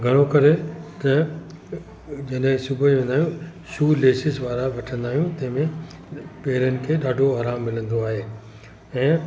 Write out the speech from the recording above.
घणो करे त जॾहिं सुबुह जो वेंदा आहियूं शू लेसिस वारा वठंदा आहियूं तंहिं में पेरनि खे ॾाढो आरामु मिलंदो आहे ऐं